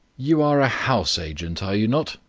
you are a house-agent, are you not?